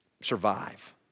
survive